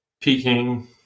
Peking